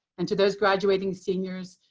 and to those graduating seniors,